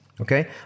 okay